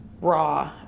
Raw